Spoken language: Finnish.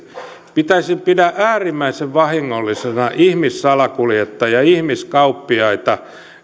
pidän äärimmäisen vahingollisena ihmissalakuljettajia ja ihmiskauppiaita